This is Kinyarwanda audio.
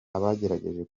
abagerageje